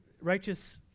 righteous